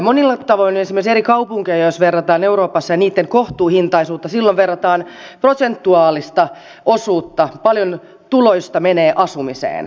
monilla tavoin jos esimerkiksi verrataan eri kaupunkeja euroopassa ja niitten kohtuuhintaisuutta silloin verrataan prosentuaalista osuutta paljonko tuloista menee asumiseen